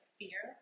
fear